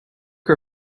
her